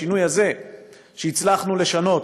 בשינוי הזה שהצלחנו לשנות,